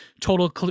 total